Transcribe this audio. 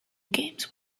games